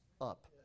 up